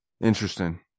Interesting